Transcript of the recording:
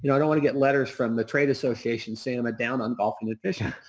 you know don't want to get letters from the trade association saying i'm ah down on golfing and fish.